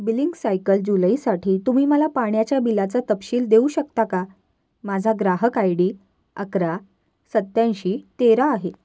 billing cycle जुलैसाठी तुम्ही मला पाण्याच्या बिलाचा तपशील देऊ शकता का माझा ग्राहक आय डी अकरा सत्याऐंशी तेरा आहे